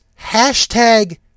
hashtag